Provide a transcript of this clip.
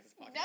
No